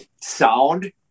sound